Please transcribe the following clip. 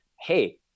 hey